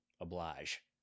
oblige